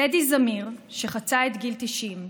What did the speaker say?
תדי זמיר, שחצה את גיל 90,